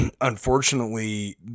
unfortunately